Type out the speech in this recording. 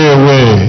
away